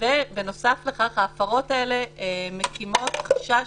ובנוסף לכך ההפרות האלה מקימות חשש